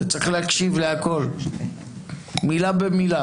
אתה צריך להקשיב לכול, מילה במילה.